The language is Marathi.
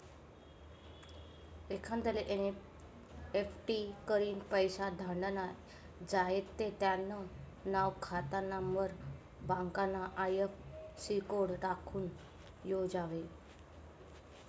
एखांदाले एन.ई.एफ.टी करीन पैसा धाडना झायेत ते त्यानं नाव, खातानानंबर, बँकना आय.एफ.सी कोड ठावूक जोयजे